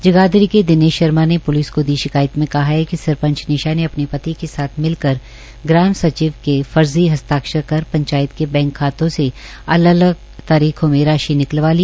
जगाध्री के दिनेश शर्मा ने प्लिस को दी शिकायत में कहा है कि सरपंच निशा ने अपने पति के साथ मिलकर सचिव की फर्जी हत्साक्षर कर पंचायत के बैंक खातों से अलग अलग तारीखों में राशि निकलावा ली